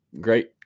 great